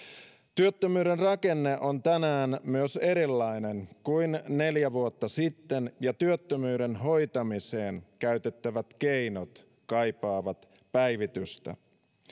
työttömyyden rakenne on tänään myös erilainen kuin neljä vuotta sitten ja työttömyyden hoitamiseen käytettävät keinot kaipaavat päivitystä